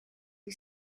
you